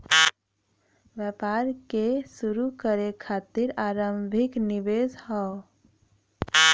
व्यापार क शुरू करे खातिर आरम्भिक निवेश हौ